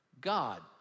God